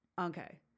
Okay